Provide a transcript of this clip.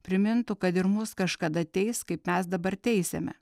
primintų kad ir mus kažkada ateis kaip mes dabar teisiame